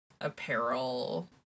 apparel